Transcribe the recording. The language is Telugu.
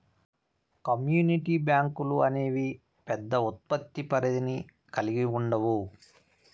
కమ్యూనిటీ బ్యాంకులు అనేవి పెద్ద ఉత్పత్తి పరిధిని కల్గి ఉండవు